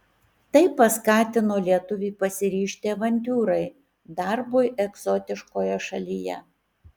tai paskatino lietuvį pasiryžti avantiūrai darbui egzotiškoje šalyje